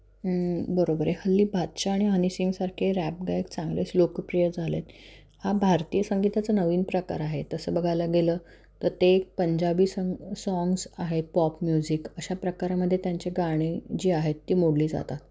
हं बरोबर आहे हल्ली बादशहा आणि हनी सिंग सारखे रॅप गायक चांगलेच लोकप्रिय झाले आहेत हा भारतीय संगीताचा नवीन प्रकार आहे तसं बघायला गेलं तर ते एक पंजाबी सं साँग्स आहे पॉप म्युझिक अशा प्रकारामध्ये त्यांची गाणी जी आहेत ती मोडली जातात